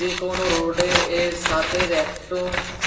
যে কোনো রোডের এর সাথেই একটো